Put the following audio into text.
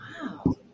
Wow